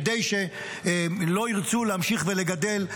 כדי שלא ירצה להמשיך ולגדל,